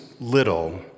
little